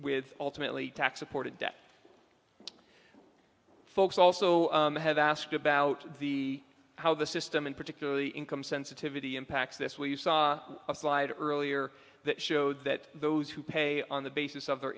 with ultimately tax imported debt folks also have asked about the how the system and particularly income sensitivity impacts this where you saw a slide earlier that showed that those who pay on the basis of their